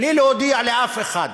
בלי להודיע לאף אחד,